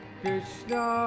Krishna